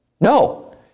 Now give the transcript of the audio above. No